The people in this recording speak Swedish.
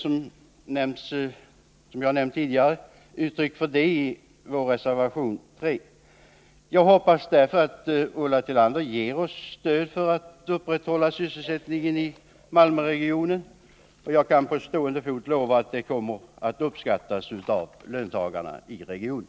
Som jag nämnt tidigare har vi givit uttryck för den i vår reservation nr 3. Jag hoppas därför att Ulla Tillander stöder vårt förslag för att upprätthålla sysselsättningen i Malmöregionen, och jag kan på stående fot lova att det kommer att uppskattas av löntagarna i regionen.